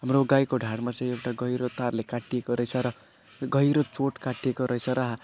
हाम्रो गाईको ढाडमा चाहिँ एउटा गहिरो तारले काटिएको रहेछ र गहिरो चोट काटिएको रहेछ र